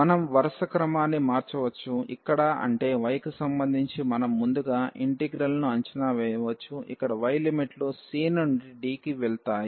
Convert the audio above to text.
మనం వరుస క్రమాన్ని మార్చవచ్చు ఇక్కడ అంటే y కి సంబంధించి మనం ముందుగా ఇంటిగ్రల్ను అంచనా వేయవచ్చు ఇక్కడ y లిమిట్లు c నుండి d కి వెళ్తాయి